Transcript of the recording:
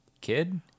kid